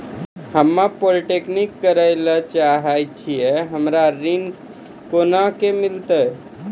हम्मे पॉलीटेक्निक करे ला चाहे छी हमरा ऋण कोना के मिल सकत?